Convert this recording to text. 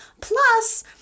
Plus